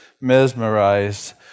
mesmerized